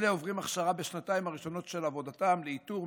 אלה עוברים הכשרה בשנתיים הראשונות של עבודתם לאיתור,